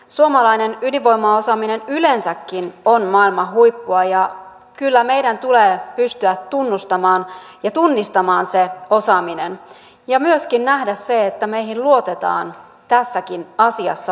suomalainen ydinvoimaosaaminen yleensäkin on maailman huippua ja kyllä meidän tulee pystyä tunnustamaan ja tunnistamaan se osaaminen ja myöskin nähdä se että meihin luotetaan tässäkin asiassa maailmalla